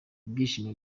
ibyishimo